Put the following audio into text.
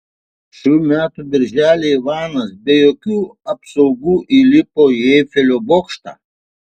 šių metų birželį ivanas be jokių apsaugų įlipo į eifelio bokštą